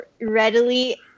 readily